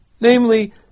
Namely